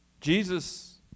Jesus